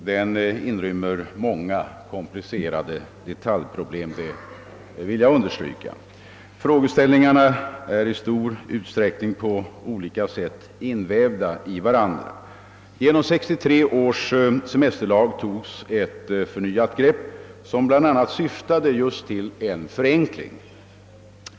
Den inrymmer många komplicerade detaljproblem, det vill jag understryka. Frågeställningarna är i stor utsträckning på olika sätt invävda i varandra. Genom 1963 års semesterlag togs ett förnyat grepp som bl.a. syftade till en förenkling.